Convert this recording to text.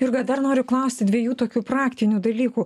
jurga dar noriu klausti dviejų tokių praktinių dalykų